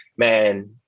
Man